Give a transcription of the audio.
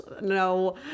No